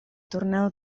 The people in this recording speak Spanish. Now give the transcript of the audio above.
tornado